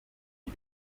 die